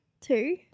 Two